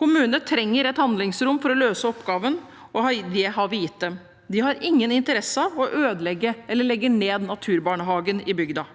Kommunene trenger et handlingsrom for å løse oppgaven, og det har vi gitt dem. De har ingen interesse av å ødelegge for eller legge ned naturbarnehagen i bygda.